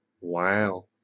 Wow